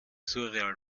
surreal